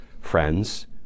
friends